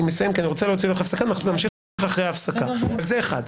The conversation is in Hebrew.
אנחנו נמשיך אחרי ההפסקה, אבל זה דבר אחד.